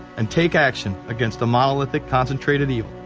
and take action against a monolithic, concentrated evil.